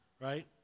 right